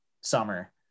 summer